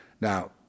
Now